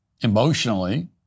emotionally